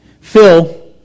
Phil